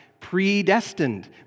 predestined